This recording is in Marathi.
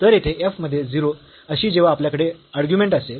तर येथे f मध्ये 0 अशी जेव्हा आपल्याकडे अर्ग्युमेंट असेल